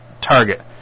target